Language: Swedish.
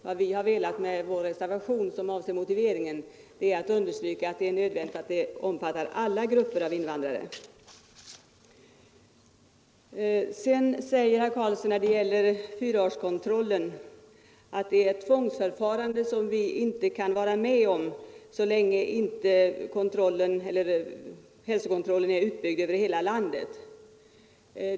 Vad vi har velat med vår reservation, som avser motiveringen, är att understryka nödvändigheten av att denna undersökning omfattar alla grupper av invandrare. Sedan säger herr Karlsson att kontrollen av fyraåringar är ett tvångsförfarande som vi inte kan vara med om så länge hälsokontrollen inte är utbyggd över hela landet.